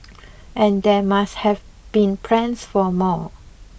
and there must have been plans for more